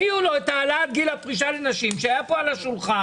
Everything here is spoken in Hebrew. הביאו לו את העלאת גיל הפרישה לנשים שהיה פה על השולחן.